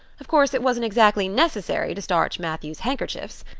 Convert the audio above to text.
of course it wasn't exactly necessary to starch matthew's handkerchiefs!